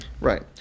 right